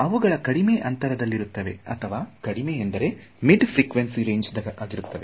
ಅವುಗಳು ಕಡಿಮೆ ಅಂತರದಲ್ಲಿರುತ್ತದೆ ಅಥವಾ ಕಡಿಮೆ ಎಂದರು ಮಿಡ್ ಫ್ರಿಕ್ವೆನ್ಸಿ ರೇಂಜ್ ದಾಗಿರುತ್ತದೆ